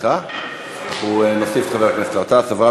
התשע"ה